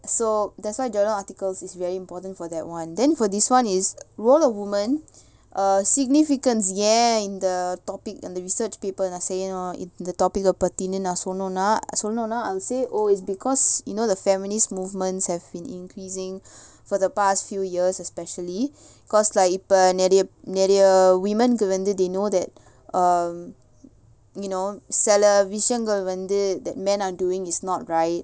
so that's why journal articles is very important for that [one] then for this [one] is role of woman uh significance யே:yae in the topic and the research paper நா செய்யனும்:naa seiyanum the topic பத்தி நா சொன்னோனா சொன்னோனா:paththi na sonnona sonnona oh it's because you know the family's movements have been increasing for the past few years especially because like இப்ப நெறய நெறய:ippa neraya neraya women கு வந்து:ku vanthu they know that um you know சில விஷயங்கள் வந்து:sila vishayangal vanthu that men are doing is not right